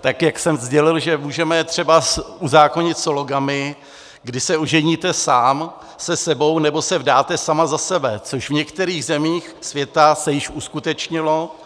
Tak jak jsem sdělil, že můžeme třeba uzákonit sologamii, kdy se oženíte sám se sebou, nebo se vdáte sama za sebe, což v některých zemích světa se již uskutečnilo,